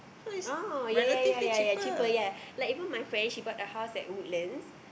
oh ya ya ya ya cheaper ya like even my friend she bought a house at Woodlands